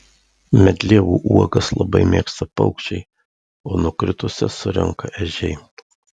medlievų uogas labai mėgsta paukščiai o nukritusias surenka ežiai